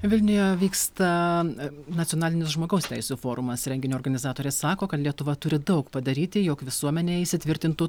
vilniuje vyksta nacionalinis žmogaus teisių forumas renginio organizatorė sako kad lietuva turi daug padaryti jog visuomenėje įsitvirtintų